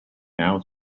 now